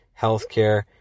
healthcare